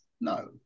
No